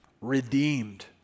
Redeemed